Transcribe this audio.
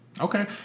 Okay